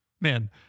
man